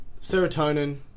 serotonin